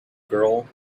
girl